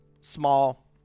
small